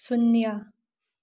ꯁꯨꯅ꯭ꯌꯥ